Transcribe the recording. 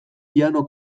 piano